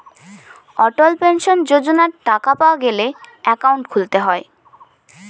অটল pension যোজনার টাকা পাওয়া গেলে একাউন্ট খুলতে হয়